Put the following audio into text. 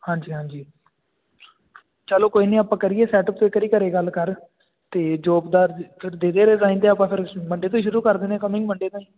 ਹਾਂਜੀ ਹਾਂਜੀ ਚਲੋ ਕੋਈ ਨਹੀਂ ਆਪਾਂ ਕਰੀਏ ਸੈਟਅਪ ਤੂੰ ਇੱਕ ਵਾਰੀ ਘਰ ਗੱਲ ਕਰ ਅਤੇ ਜੋਬ ਦਾ ਫਿਰ ਦੇ ਦੇ ਰਿਜਾਇਨ ਅਤੇ ਆਪਾਂ ਫਿਰ ਮੰਡੇ ਤੋਂ ਸ਼ੁਰੂ ਕਰ ਦਿੰਦੇ ਕਮਿੰਗ ਮੰਡੇ ਤੋਂ ਹੀ